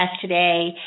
today